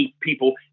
people